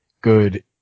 good